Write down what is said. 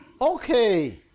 Okay